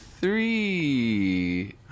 three